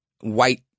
white